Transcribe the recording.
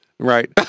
Right